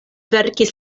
verkis